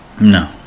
No